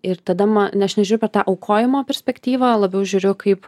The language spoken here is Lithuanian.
ir tada ma ne aš nežiūriu per tą aukojimo perspektyvą labiau žiūriu kaip